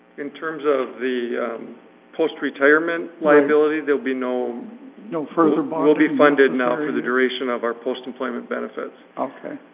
in terms of the post-retirement liability they'll be no no further bond. we'll be funded now for the duration of our post-employment benefits. okay.